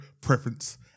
preference